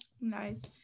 Nice